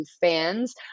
fans